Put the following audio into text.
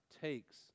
takes